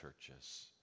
churches